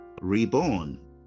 Reborn